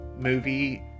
movie